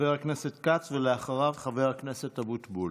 חבר הכנסת כץ, ואחריו, חבר הכנסת אבוטבול.